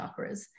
chakras